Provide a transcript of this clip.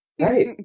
right